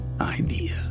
idea